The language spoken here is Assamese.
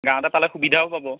গাঁৱতে পালে সুবিধাও পাব